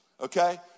Okay